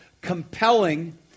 compelling